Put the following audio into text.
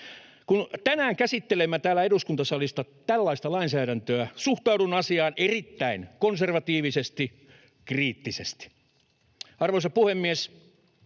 Kun tänään käsittelemme täällä eduskuntasalissa tällaista lainsäädäntöä, suhtaudun asiaan erittäin konservatiivisesti ja kriittisesti. Arvoisa puhemies!